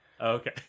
Okay